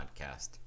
podcast